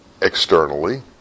externally